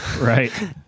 Right